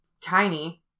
Tiny